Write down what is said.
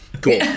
Cool